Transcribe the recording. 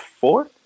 four